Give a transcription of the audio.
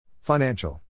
Financial